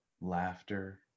laughter